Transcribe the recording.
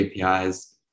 APIs